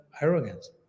arrogance